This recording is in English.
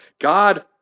God